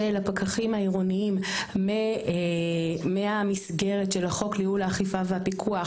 הפקחים העירוניים ממסגרת החוק לייעול האכיפה והפיקוח